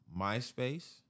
myspace